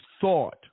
thought